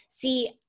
See